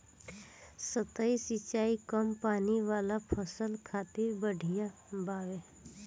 सतही सिंचाई कम पानी वाला फसल खातिर बढ़िया बावे